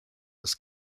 was